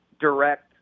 direct